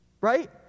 Right